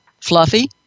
Fluffy